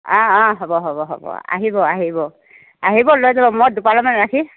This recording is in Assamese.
অ অ হ'ব হ'ব হ'ব আহিব আহিব আহিব লৈ যাব মই দুপালামান ৰাখি